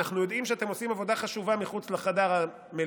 אנחנו יודעים שאתם עושים עבודה חשובה מחוץ לחדר המליאה,